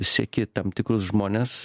seki tam tikrus žmones